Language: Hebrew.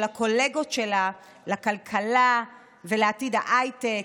הקולגות שלה לכלכלה ולעתיד ההייטק,